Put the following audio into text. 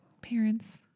parents